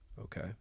okay